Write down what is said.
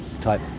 type